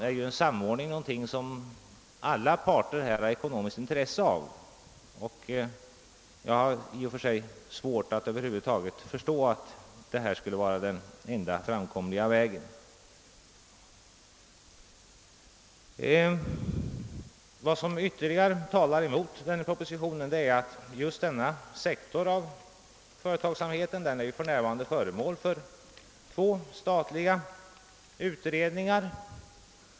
En samordning är något som alla parter har ekonomiskt intresse av, och jag har därför svårt att förstå varför den föreslagna vägen skulle vara den enda framkomliga. Vad som ytterligare talar emot propositionen är att den aktuella sektorn av företagsamheten för närvarande är föremål för två statliga utredningar.